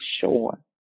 sure